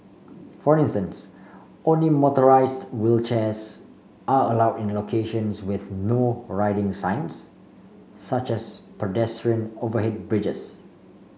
for instance only motorised wheelchairs are allowed in locations with No Riding signs such as pedestrian overhead bridges